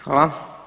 Hvala.